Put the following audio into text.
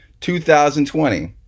2020